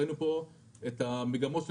ראינו פה את המגמות,